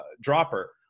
dropper